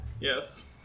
Yes